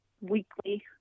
weekly